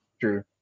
true